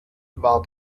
war